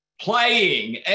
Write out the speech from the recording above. playing